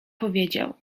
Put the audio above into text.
powiedział